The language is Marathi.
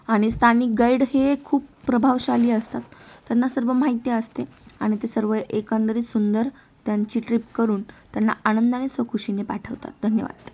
आणि स्थानिक गाईड हे खूप प्रभावशाली असतात त्यांना सर्व माहिती असते आणि ते सर्व एकंदरीत सुंदर त्यांची ट्रीप करून त्यांना आनंदाने स्वखुशीने पाठवतात धन्यवाद